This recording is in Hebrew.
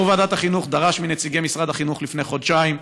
יושב-ראש ועדת החינוך דרש מנציגי משרד החינוך לפני חודשיים,